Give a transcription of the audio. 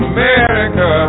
America